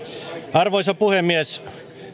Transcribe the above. arvoisa puhemies